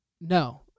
No